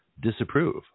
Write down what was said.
disapprove